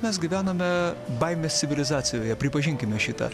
mes gyvename baimės civilizacijoje pripažinkime šitą